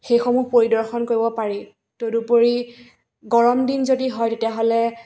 সেইসমূহ পৰিদৰ্শন কৰিব পাৰি তদুপৰি গৰম দিন যদি হয় তেতিয়াহ'লে